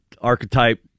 archetype